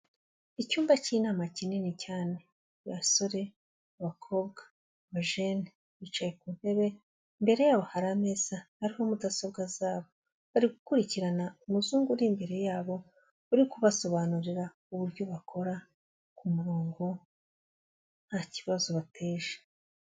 Icyumba cy'inama kinini cyane, abasore, abakobwa, abajene, bicaye ku ntebe, imbere yabo hari ameza ariho mudasobwa zabo, bari gukurikirana umuzungu uri imbere yabo, uri kubasobanurira uburyo bakora ku ku murongo ntakibazo bateje.